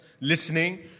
listening